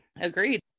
Agreed